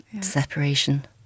separation